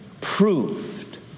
proved